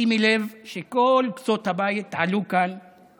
שימי לב שכל קצות הבית עלו לכאן